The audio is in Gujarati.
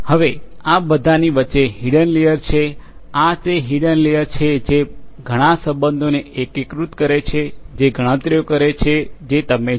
હવે આ બધાની વચ્ચે હિડન લેયર છે આ તે હિડન લેયર છે જે ઘણા સંબંધોને એકીકૃત કરે છે જે ગણતરીઓ કરે છે જે તમે જાણો